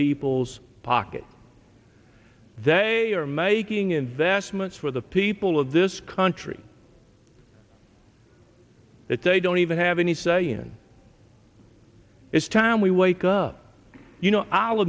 people's pocket they are making investments for the people of this country that they don't even have any say in it's time we wake up you know i'll